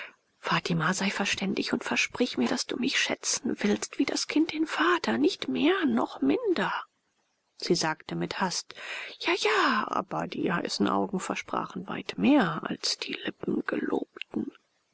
fatima sei verständig und versprich mir daß du mich schätzen willst wie das kind den vater nicht mehr noch minder sie sagte mit hast jaja aber die heißen augen versprachen weit mehr als die lippen gelobten